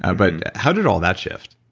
ah but how did all that shift?